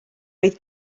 oedd